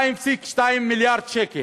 2.2 מיליארד שקלים.